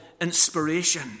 inspiration